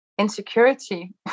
insecurity